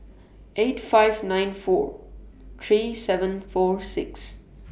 eight five nine four three seven four six